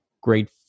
great